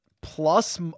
plus